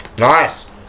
Nice